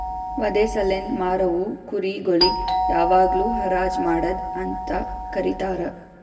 ವಧೆ ಸಲೆಂದ್ ಮಾರವು ಕುರಿ ಗೊಳಿಗ್ ಯಾವಾಗ್ಲೂ ಹರಾಜ್ ಮಾಡದ್ ಅಂತ ಕರೀತಾರ